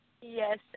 Yes